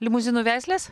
limuzinų veislės